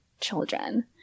children